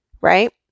right